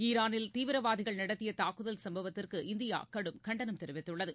ஈரானில் தீவிரவாதிகள் நடத்திய தாக்குதல் சம்பவத்திற்கு இந்தியா கடும் கண்டனம் தெரிவித்துள்ளது